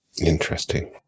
Interesting